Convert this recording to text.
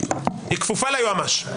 היא כפופה ליועמ"ש.